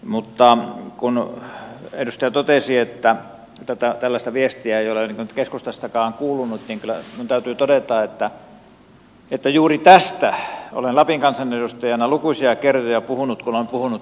mutta kun edustaja totesi että tällaista viestiä ei ole keskustastakaan kuulunut niin kyllä minun täytyy todeta että juuri tästä olen lapin kansanedustajana lukuisia kertoja puhunut kun olen puhunut keskittämispolitiikasta